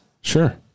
Sure